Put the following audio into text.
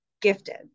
gifted